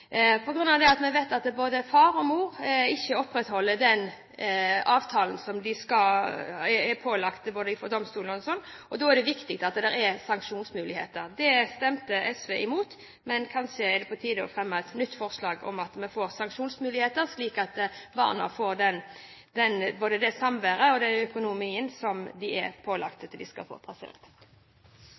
at vi vet at verken far eller mor opprettholder den avtalen som er pålagt dem av domstoler, er det viktig at det er sanksjonsmuligheter. Det stemte SV imot, så det er kanskje på tide å fremme et nytt forslag om sanksjonsmuligheter, slik at barna får både det samværet og den økonomien som det er lovpålagt at de skal få.